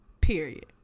Period